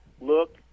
look